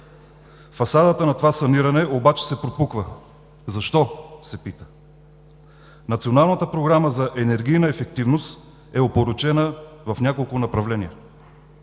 Фасадата на това саниране обаче се пропуква. Защо, се пита? Националната програма за енергийна ефективност е опорочена в няколко направления.